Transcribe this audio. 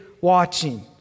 watching